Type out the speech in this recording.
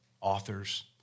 authors